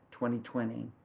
2020